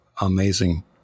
amazing